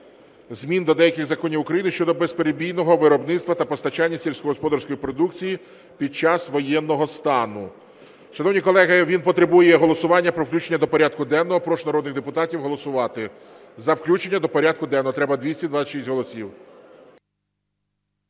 змін до деяких законів України щодо безперебійного виробництва та постачання сільськогосподарської продукції під час воєнного стану. Шановні колеги, він потребує голосування про включення до порядку денного. Прошу народних депутатів голосувати за включення до порядку денного, треба 226 голосів.